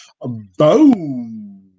boom